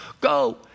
go